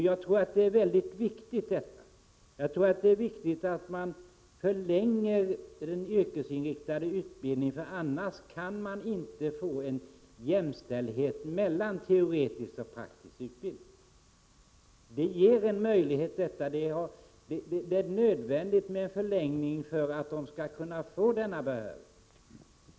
Jag tror att det är mycket viktigt att man förlänger den yrkesinriktade utbildningen, för annars kan man inte uppnå en jämställdhet mellan teoretisk och praktisk utbildning. En förlängning ger en möjlighet till detta. Det är nödvändigt med en förlängning för att eleverna skall få denna behörighet.